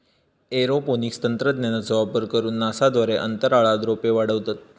aeroponics तंत्रज्ञानाचो वापर करून नासा द्वारे अंतराळात रोपे वाढवतत